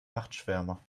nachtschwärmer